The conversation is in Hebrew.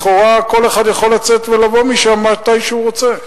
לכאורה כל אחד יכול לצאת ולבוא מתי שהוא רוצה.